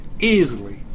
easily